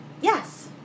Yes